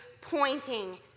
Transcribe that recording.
pointing